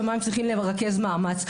במה הם צריכים לרכז מאמץ,